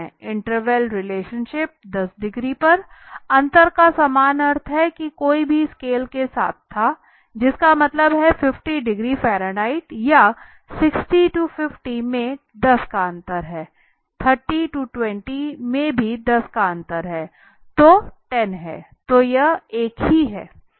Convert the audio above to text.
interval relationship 10 degree पर अंतर का समान अर्थ है कि कोई भी स्केल के साथ था जिसका मतलब है कि 50 डिग्री फ़ारेनहाइट या 60 50 में 10 हैं 30 20 में भी 10 हैं तो अंतर 10 हैं तो यह एक ही है